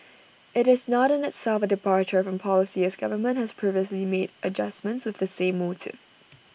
IT is not in itself A departure from policy as government has previously made adjustments of the same motive